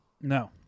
no